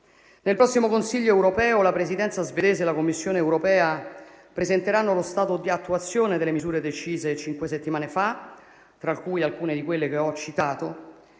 Nel prossimo Consiglio europeo, la Presidenza svedese e la Commissione europea presenteranno lo stato di attuazione delle misure decise cinque settimane fa, tra cui alcune di quelle che ho citato,